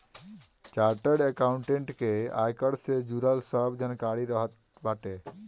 chartered accountant के आयकर से जुड़ल सब जानकारी रहत बाटे